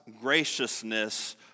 graciousness